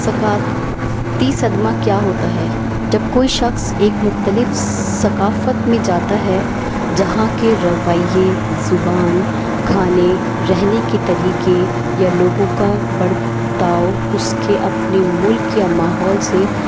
ثقافتی صدمہ کیا ہوتا ہے جب کوئی شخص ایک مختلف ثقافت میں جاتا ہے جہاں کے رویے زبان کھانے رہنے کے طریقے یا لوگوں کا برتاؤ اس کے اپنے ملک یا ماحول سے